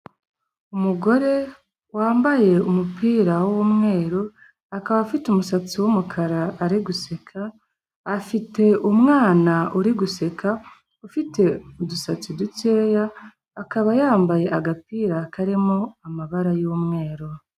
Umugore wambaye umupira w'umweru akaba afite umusatsi w'umukara ari guseka, afite umwana uri guseka ufite udusatsi dukeya, akaba yambaye agapira karimo amabara y'umweru.